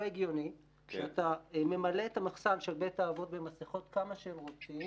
לא הגיוני שאתה ממלא את המחסן של בתי האבות במסכות כמה שהם רוצים